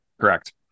Correct